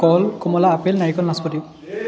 কল কমলা আপেল নাৰিকল নাচপতি